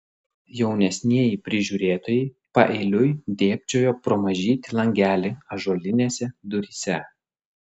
jaunesnieji prižiūrėtojai paeiliui dėbčiojo pro mažytį langelį ąžuolinėse duryse